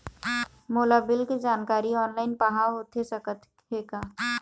मोला बिल के जानकारी ऑनलाइन पाहां होथे सकत हे का?